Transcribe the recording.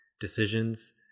decisions